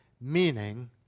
meaning